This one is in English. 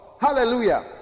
hallelujah